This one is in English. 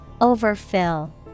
Overfill